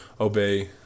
obey